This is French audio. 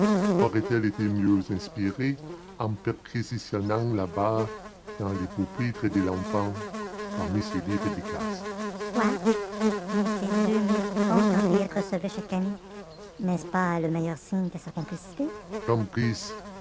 aurait-elle été mieux inspirée en perquisitionnant là-bas dans le pupitre de l'enfant parmi ses livres de classe soit mais ces deux mille francs qu'henriette recevait chaque année n'est-ce pas le meilleur signe de sa complicité